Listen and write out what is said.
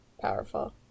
powerful